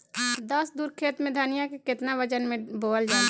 दस धुर खेत में धनिया के केतना वजन मे बोवल जाला?